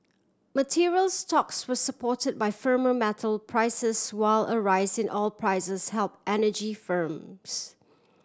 materials stocks were support by firmer metal prices while a rise in oil prices help energy firms